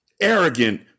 arrogant